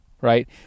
right